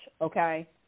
okay